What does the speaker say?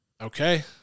Okay